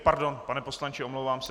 Pardon, pane poslanče, omlouvám se.